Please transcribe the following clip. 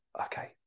okay